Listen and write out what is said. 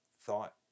thought